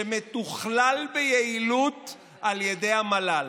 שמתוכלל ביעילות על ידי המל"ל.